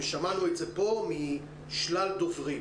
ושמענו את זה פה משלל דוברים.